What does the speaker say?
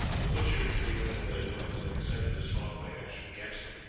the butchers, feeling that their doings had excited a strong reaction against them,